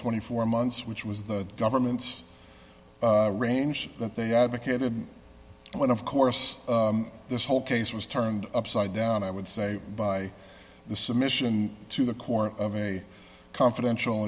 twenty four months which was the government's range that they advocated when of course this whole case was turned upside down i would say by the submission to the court of a confidential